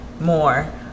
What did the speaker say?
more